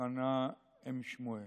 חנה אם שמואל.